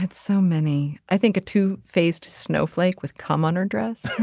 and so many i think a two faced snowflake with come under dress